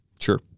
sure